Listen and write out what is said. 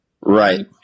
Right